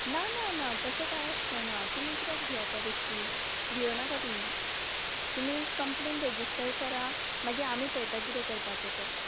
ना ना ना तशें कांय आश्शें ना तुमी कित्याक भियाता बेश्टी भियो नाका तुमी तुमी कंप्लेन रॅजिस्टर करा मागीर आमी पळयता कितें करपाचें तें